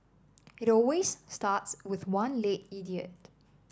it always starts with one late idiot